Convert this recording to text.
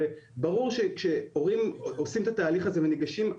הרי ברור שכשהורים עושים את התהליך הזה וניגשים,